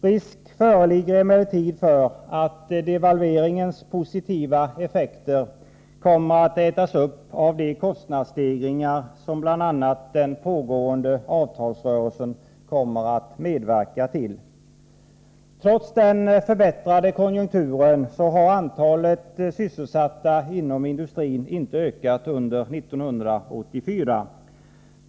Risk föreligger emellertid för att devalveringens positiva effekter kommer att ätas upp av de kostnadsstegringar som bl.a. den pågående avtalsrörelsen kommer att medverka till. Trots den förbättrade konjunkturen har antalet sysselsatta inom industrin inte ökat under 1984.